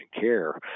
care